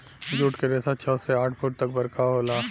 जुट के रेसा छव से आठ फुट तक बरका होला